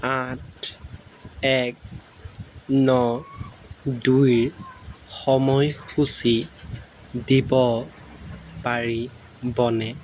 আঠ এক ন দুইৰ সময়সূচী দিব পাৰিবনে